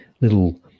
little